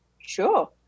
sure